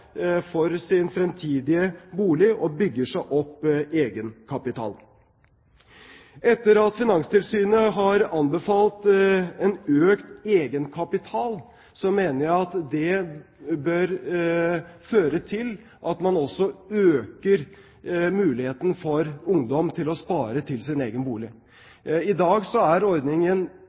for sin fremtidige bolig og bygge seg opp egenkapital. Etter at Finanstilsynet har anbefalt en økt egenkapital, mener jeg at det bør føre til at man også øker muligheten for ungdom til å spare til sin egen bolig. I dag er ordningen